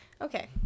Okay